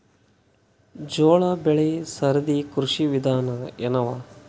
ಜೋಳ ಬೆಳಿ ಸರದಿ ಕೃಷಿ ವಿಧಾನ ಎನವ?